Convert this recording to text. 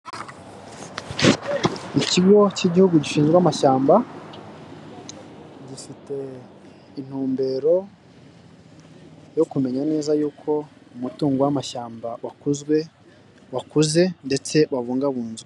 Umukandida wa efuperi Inkotanyi ubwo yari kwiyamamaza ageze aho abaturage benshi baje kumwakirira hepfo y'aho hakaba hari ishyamba rinini cyane aka n'abantu bagenda bafata amafoto y'ibiriri kubera aho yaje kwiyamamariza abaturage bagaragaza ko bamwishimiye bakamanika amadarapo yabo.